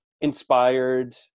inspired